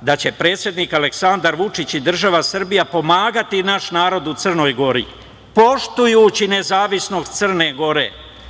da će predsednik Aleksandar Vučić i država Srbija pomagati naš narod u Crnoj Gori, poštujući nezavisnost Crne Gore,